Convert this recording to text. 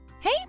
Hey